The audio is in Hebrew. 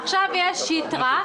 עכשיו יש יתרה,